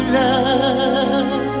love